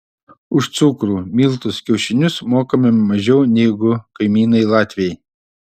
už cukrų miltus kiaušinius mokame mažiau negu kaimynai latviai